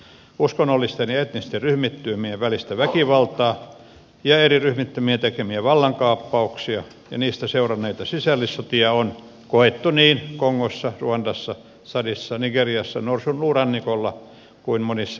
uskonnollisten ja etnisten ryhmittymien välistä väkivaltaa ja eri ryhmittymien tekemiä vallankaappauksia ja niistä seuranneita sisällissotia on koettu niin kongossa ruandassa tsadissa nigeriassa norsunluurannikolla kuin monissa muissakin maissa